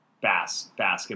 basket